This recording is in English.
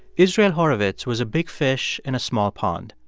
israel horovitz was a big fish in a small pond.